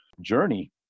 journey